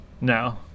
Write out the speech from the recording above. No